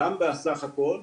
גם בסך הכל,